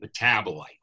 metabolite